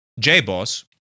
JBoss